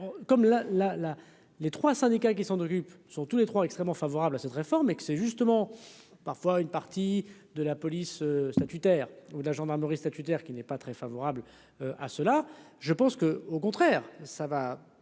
la, les 3 syndicats qui s'en occupe, sont tous les trois extrêmement favorable à cette réforme et que c'est justement parfois une partie de la police statutaire ou la gendarmerie statutaire qui n'est pas très favorable à cela, je pense que au contraire ça va